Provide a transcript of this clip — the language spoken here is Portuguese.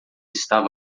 estava